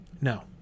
no